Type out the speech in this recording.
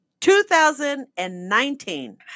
2019